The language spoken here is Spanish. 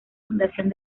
fundación